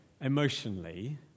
emotionally